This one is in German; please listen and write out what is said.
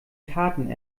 karten